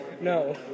No